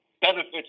benefits